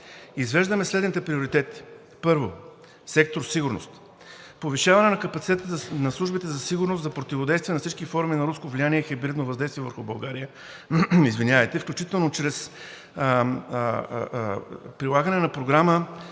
Извеждаме следните приоритети: 1. Сектор „Сигурност“: повишаване капацитета на службите за сигурност за противодействие на всички форми на руско влияние и хибридно въздействие върху България, включително чрез прилагане на програма